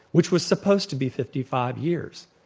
which was supposed to be fifty five years.